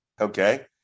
okay